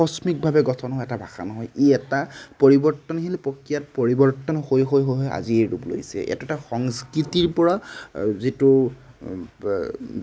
আকস্মিকভাৱে গঠন হোৱা এটা ভাষা নহয় ই এটা পৰিৱৰ্তনশীল প্ৰক্ৰিয়াত পৰিৱৰ্তন হৈ হৈ হৈ আজি এই ৰূপ লৈছে এইটো এটা সংস্কৃতিৰ পৰা যিটো